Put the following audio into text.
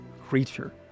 creature